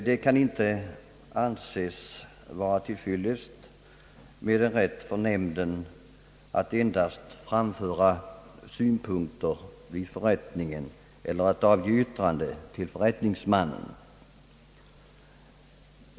Det kan inte anses vara till fyllest med en rätt för nämnden att endast framföra synpunkter vid förrättningen eller att avge yttrande till förrättningsmannen.